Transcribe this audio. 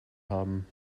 haben